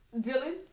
Dylan